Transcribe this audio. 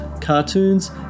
cartoons